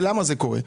למה זה קורה?